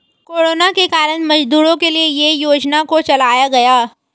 corona के कारण मजदूरों के लिए ये योजना को चलाया गया